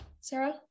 Sarah